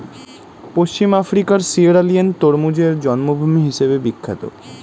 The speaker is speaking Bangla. পশ্চিম আফ্রিকার সিয়েরালিওন তরমুজের জন্মভূমি হিসেবে বিখ্যাত